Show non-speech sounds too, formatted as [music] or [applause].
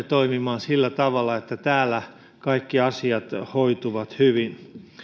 [unintelligible] toimimaan sillä tavalla että täällä kaikki asiat hoituvat hyvin